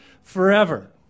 forever